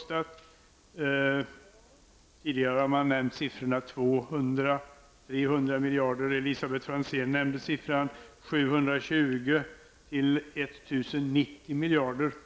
Tidigare har man nämnt siffrorna 200--300 miljarder, men Elisabet Franzén nämnde siffran 720--1 090 miljarder kronor.